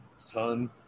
son